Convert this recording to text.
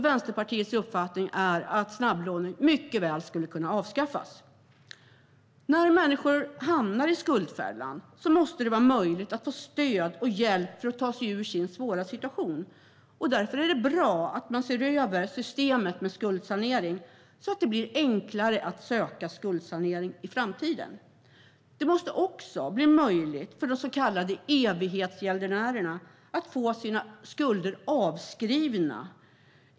Vänsterpartiets uppfattning är att snabblånen mycket väl skulle kunna avskaffas. När människor hamnar i skuldfällan måste det vara möjligt att få stöd och hjälp för att ta sig ur sin svåra situation. Därför är det bra att man ser över systemet med skuldsanering så att det blir enklare att söka skuldsanering i framtiden. Det måste också bli möjligt för de så kallade evighetsgäldenärerna att få sina skulder avskrivna.